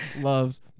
loves